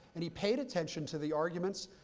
and he paid attention to the arguments,